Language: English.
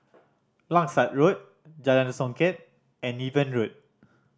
Langsat Road Jalan Songket and Niven Road